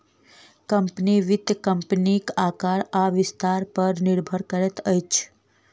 company, वित्त कम्पनीक आकार आ विस्तार पर निर्भर करैत अछि